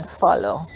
follow